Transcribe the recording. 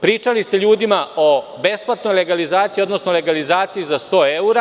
Pričali ste ljudima o besplatnoj legalizaciji, odnosno o legalizaciji za 100 evra.